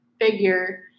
figure